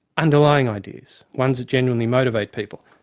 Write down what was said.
underlying ideas ones that genuinely motivate people.